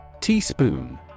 Teaspoon